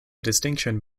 distinction